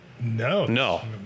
No